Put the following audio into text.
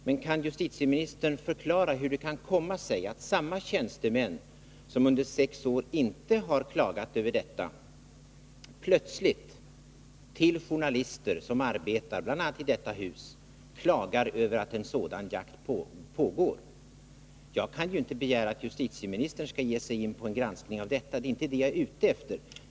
Men kan justitieministern förklara hur det kan komma sig att samma tjänstemän som under sex år inte har klagat över detta plötsligt till journalister, som arbetar bl.a. i detta hus, klagar över att en sådan jakt pågår? Jag kan ju inte begära att justitieministern skall ge sig in på en granskning av detta. Det är inte det jag är ute efter.